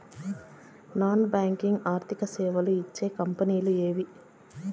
Non banking ఆర్థిక సేవలు ఇచ్చే కంపెని లు ఎవేవి?